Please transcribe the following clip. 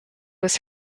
was